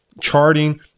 charting